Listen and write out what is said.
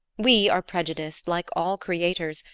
we are prejudiced, like all creators,